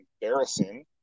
embarrassing